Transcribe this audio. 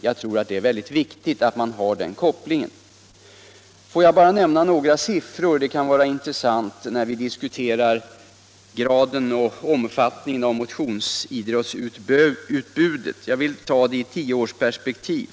Den kopplingen är mycket viktig. Jag vill nämna några siffror som kan vara intressanta när vi diskuterar omfattningen av motionsidrottsutbudet. Jag tar det i tioårsperspektiv.